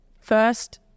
first